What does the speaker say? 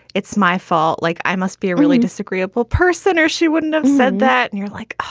it's my fault. like, i must be a really disagreeable person. or she wouldn't have said that. and you're like,